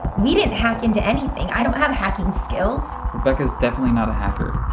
we didn't hack into anything i don't have hacking skills rebecca's definitely not a hacker.